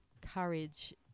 courage